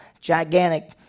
gigantic